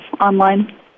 online